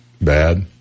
bad